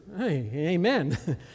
Amen